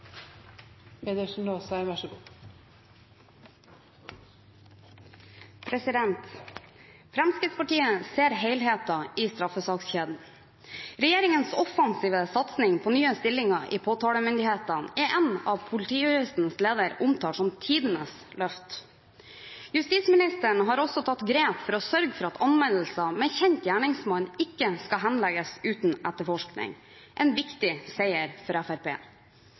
av Politijuristenes leder omtalt som «tidenes løft». Justisministeren har også tatt grep for å sørge for at anmeldelser med kjent gjerningsmann ikke skal henlegges uten etterforskning – en viktig seier for